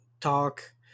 talk